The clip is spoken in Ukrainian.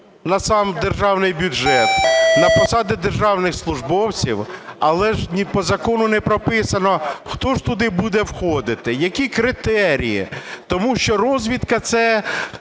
на сам державний бюджет, на посади державних службовців, але ж по закону не прописано, хто ж туди буде входити, які критерії. Тому що розвідка – це